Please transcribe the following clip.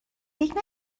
فکر